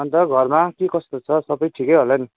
अन्त घरमा के कस्तो छ सबै ठिकै होला नि